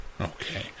Okay